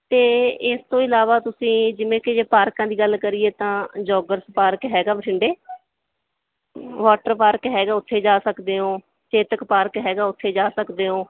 ਅਤੇ ਇਸ ਤੋਂ ਇਲਾਵਾ ਤੁਸੀਂ ਜਿਵੇਂ ਕਿ ਜੇ ਪਾਰਕਾਂ ਦੀ ਗੱਲ ਕਰੀਏ ਤਾਂ ਜੋਗਰਸ ਪਾਰਕ ਹੈਗਾ ਬਠਿੰਡੇ ਵਾਟਰ ਪਾਰਕ ਹੈਗਾ ਉੱਥੇ ਜਾ ਸਕਦੇ ਹੋ ਚੇਤਕ ਪਾਰਕ ਹੈਗਾ ਉੱਥੇ ਜਾ ਸਕਦੇ ਹੋ